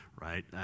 right